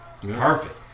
Perfect